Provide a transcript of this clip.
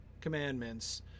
commandments